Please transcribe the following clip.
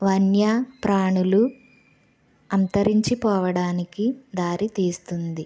వన్య ప్రాణులు అంతరించిపోవడానికి దారితీస్తుంది